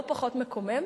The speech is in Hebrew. לא פחות מקומם,